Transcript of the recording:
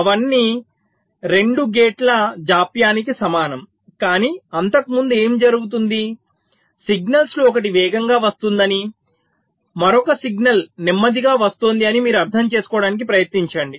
అవన్నీ 2 గేట్ల జాప్యానికి సమానం కానీ అంతకుముందు ఏమి జరుగుతుంది సిగ్నల్స్ లో ఒకటి వేగంగా వస్తుందని మరొక సిగ్నల్ నెమ్మదిగా వస్తోంది అని మీరు అర్థం చేసుకోవడానికి ప్రయత్నించండి